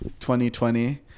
2020